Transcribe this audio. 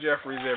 Jeffries